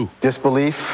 Disbelief